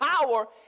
power